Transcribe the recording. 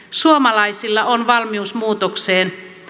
suomalaisilla on valmius muutokseen